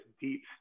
deep